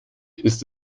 ist